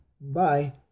Bye